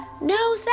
No